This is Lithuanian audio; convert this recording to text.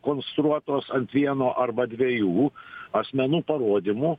konstruotos ant vieno arba dviejų asmenų parodymų